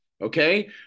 okay